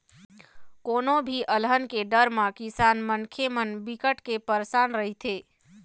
कोनो भी अलहन के डर म किसान मनखे मन बिकट के परसान रहिथे